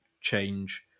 change